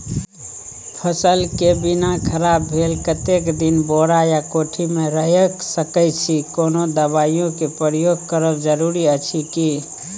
फसल के बीना खराब भेल कतेक दिन बोरा या कोठी मे रयख सकैछी, कोनो दबाईयो के प्रयोग करब जरूरी अछि की?